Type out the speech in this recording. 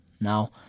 now